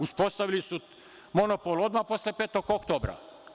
Uspostavili su monopol odmah posle 5. oktobra.